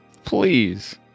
Please